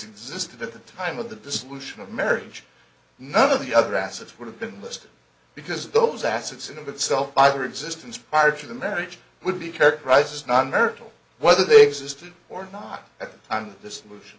existed at the time of the dissolution of marriage none of the other assets would have been listed because those assets in of itself either existence prior to the marriage would be characterized as non marital whether they existed or not at the